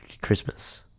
Christmas